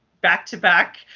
back-to-back